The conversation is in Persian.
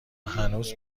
هنوز